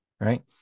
Right